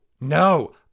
No